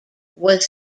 was